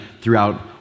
throughout